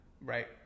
right